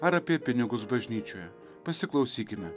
ar apie pinigus bažnyčioje pasiklausykime